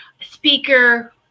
speaker